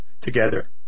together